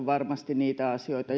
varmasti niitä asioita